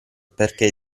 perché